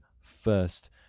first